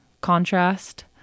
contrast